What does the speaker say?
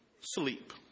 Sleep